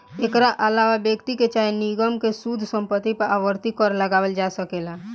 एकरा आलावा व्यक्ति के चाहे निगम के शुद्ध संपत्ति पर आवर्ती कर लगावल जा सकेला